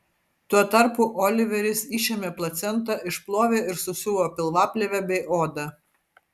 tuo tarpu oliveris išėmė placentą išplovė ir susiuvo pilvaplėvę bei odą